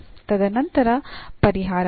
ತದನಂತರ ಪರಿಹಾರ